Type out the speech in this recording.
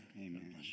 amen